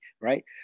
right